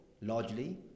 largely